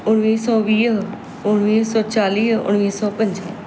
उणिवीह सौ वीह उणिवीह सौ चालीह उणिवीह सौ पंजाह